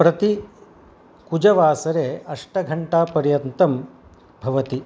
प्रतिकुजवासरे अष्टघण्टापर्यन्तं भवति